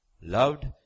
loved